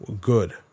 good